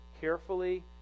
carefully